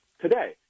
today